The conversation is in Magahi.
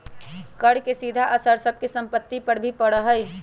कर के सीधा असर सब के सम्पत्ति पर भी पड़ा हई